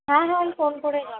হ্যাঁ হ্যাঁ আমি ফোন করেই যাবো